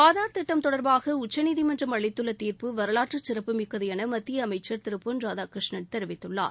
ஆதார் திட்டம் தொடா்பாக உச்சநீதிமன்றம் அளித்துள்ள தீா்ப்பு வரலாற்று சிறப்புமிக்கது என மத்திய அமைச்சர் திரு பொன் ராதாகிருஷ்ணன் தெரிவித்துள்ளார்